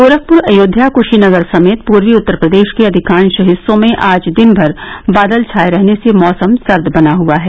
गोरखपुर अयोध्या कुशीनगर समेत पूर्वी उत्तर प्रदेश के अधिकांश हिस्सों में आज दिन भर बादल छाए रहने से मैसम सर्द बना हुआ है